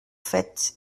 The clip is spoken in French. fait